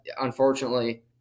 unfortunately